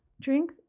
drink